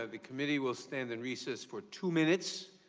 ah the committee will stand in recess for two minutes.